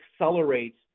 accelerate